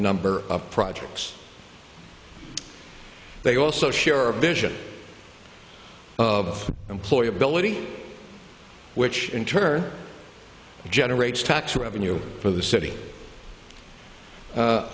number of projects they also share a vision of employability which in turn generates tax revenue for the city